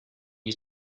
you